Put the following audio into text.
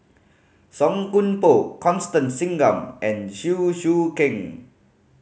Song Koon Poh Constance Singam and Chew Choo Keng